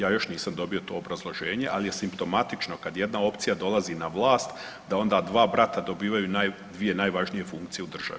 Ja još nisam dobio to obrazloženje, ali je simptomatično kad jedna opcija dolazi na vlast da onda dva brata dobivaju dvije najvažnije funkcije u državi.